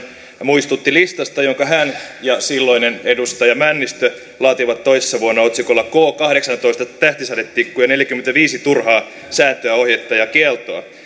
muistutti listasta jonka hän ja silloinen edustaja männistö laativat toissa vuonna otsikolla k kahdeksantoista tähtisadetikku ja neljäkymmentäviisi turhaa sääntöä ohjetta ja kieltoa